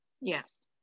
yes